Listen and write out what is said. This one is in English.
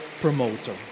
promoter